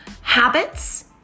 habits